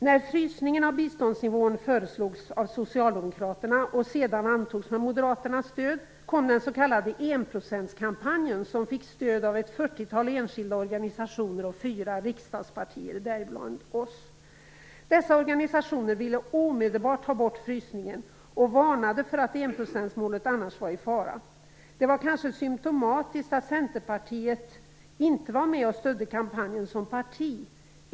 När frysningen av biståndsnivån föreslogs av Socialdemokraterna och sedan antogs med Moderaternas stöd, kom den s.k. enprocentskampanjen, som fick stöd av ett fyrtiotal enskilda organisationer och fyra riksdagspartier, däribland Kristdemokraterna. Dessa organisationer ville omedelbart ha bort frysningen och varnade för att enprocentsmålet annars var i fara. Det var kanske symptomatiskt att Centerpartiet som parti inte var med och stödde kampanjen.